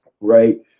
right